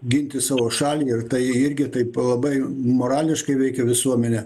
ginti savo šalį ir tai irgi taip labai morališkai veikia visuomenę